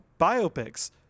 biopics